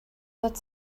that